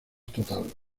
total